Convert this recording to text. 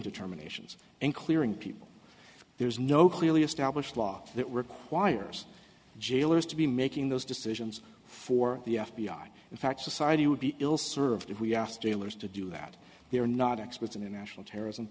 determinations and clearing people there's no clearly established law that requires jailers to be making those decisions for the f b i in fact society would be ill served if we asked jailers to do that they are not experts in international terrorism